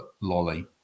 Lolly